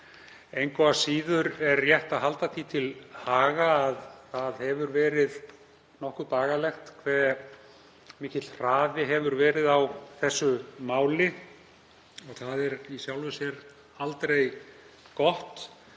Engu að síður er rétt að halda því til haga að það hefur verið nokkuð bagalegt hve mikill hraði hefur verið á þessu máli. Það er í sjálfu sér aldrei gott.